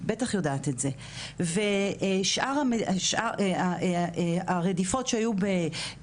את בטח יודעת את זה ושאר הרדיפות שהיו בלוב,